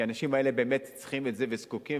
כי האנשים האלה באמת צריכים את זה וזקוקים,